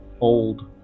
old